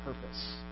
purpose